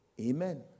Amen